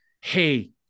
hey